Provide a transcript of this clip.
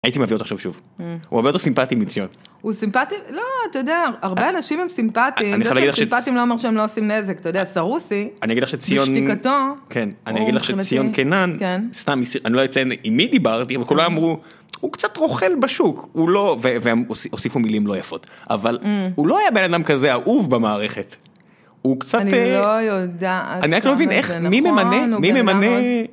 הייתי מביא אותך לשם שוב. הוא הרבה יותר סימפטי מציון. הוא סימפטי, לא, אתה יודע... הרבה אנשים הם סימפטיים, סימפטיים לא אומר שהם לא עושים נזק, אתה יודע, סרוסי, בשתיקתו... אני אגיד לך שציון כן, אני אגיד לך שציון קינן, סתם אני לא אציין עם מי דיברתי, אבל כולם אמרו: הוא קצת רוכל בשוק, הוא לא והם הוסיפו מילים לא יפות, אבל הוא לא היה בן אדם כזה אהוב במערכת. הוא קצת, אני לא יודעת, אני רק לא מבין איך מי ממנה?